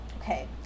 Okay